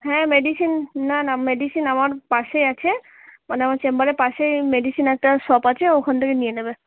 হ্যাঁ মেডিসিন না না মেডিসিন আমার পাশেই আছে মানে আমার চেম্বারের পাশেই মেডিসিন একটা শপ আছে ওখান থেকে নিয়ে নেবে